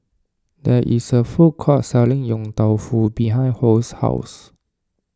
there is a food court selling Yong Tau Foo behind Hoy's house